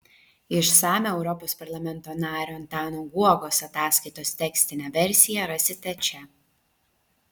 išsamią europos parlamento nario antano guogos ataskaitos tekstinę versiją rasite čia